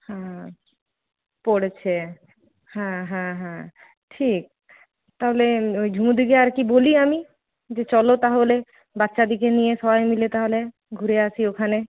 হ্যাঁ পড়েছে হ্যাঁ হ্যাঁ হ্যাঁ ঠিক তাহলে ঝুনুদিকে আর কি বলি আমি যে চলো তাহলে বাচ্চাদেরকে নিয়ে সবাই মিলে তাহলে ঘুরে আসি ওখানে